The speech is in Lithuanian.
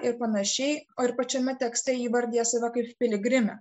ir panašiai o ir pačiame tekste įvardija save kaip piligrimę